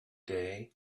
day